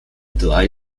drei